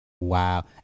Wow